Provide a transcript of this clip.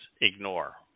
ignore